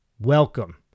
Welcome